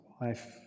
life